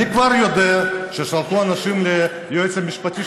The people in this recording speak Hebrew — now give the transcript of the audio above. אני כבר יודע ששלחו אנשים ליועץ המשפטי